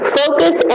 focus